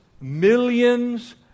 millions